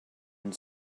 and